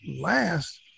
last